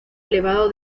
elevado